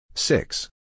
Six